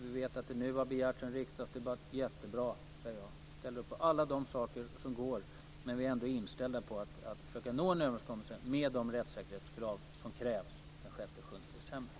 Vi vet att det nu har begärts en riksdagsdebatt. Det är jättebra. Jag ställer upp på alla saker så långt det går, men vi är ändå inställda på att försöka nå en överenskommelse med de rättssäkerhetskrav som ställs den 6-7 december.